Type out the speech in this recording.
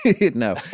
No